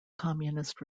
communist